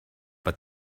but